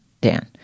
Dan